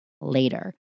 later